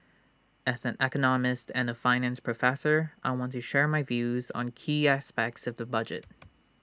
as an economist and A finance professor I want to share my views on key aspects of the budget